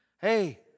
Hey